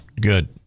good